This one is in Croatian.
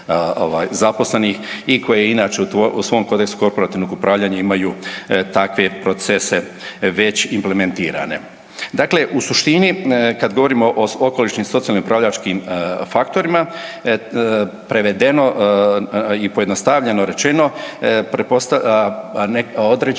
zaposlenih i koje inače u svom kodeksu korporativnog upravljanju imaju takve procese već implementirane. Dakle, u suštini kada govorimo o okolišnim socijalnim upravljačkim faktorima prevedeno i pojednostavljeno rečeno … određene